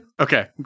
Okay